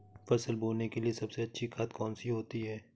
फसल बोने के लिए सबसे अच्छी खाद कौन सी होती है?